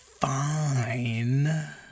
fine